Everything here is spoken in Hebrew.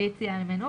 ויציאה ממנו,